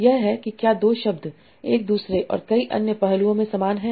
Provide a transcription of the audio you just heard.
यह है कि क्या 2 शब्द एक दूसरे और कई अन्य पहलुओं में समान हैं